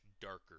darker